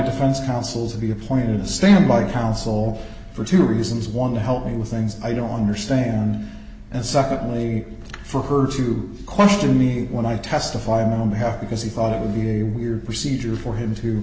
defense counsel's to be appointed standby counsel for two reasons one to help me with things i don't understand and secondly for her to question me when i testify and i'm happy because he thought it would be a weird procedure for him to